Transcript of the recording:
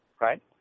right